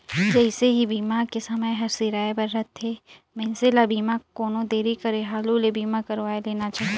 जइसे ही बीमा के समय हर सिराए बर रथे, मइनसे ल बीमा कोनो देरी करे हालू ले बीमा करवाये लेना चाहिए